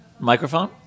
Microphone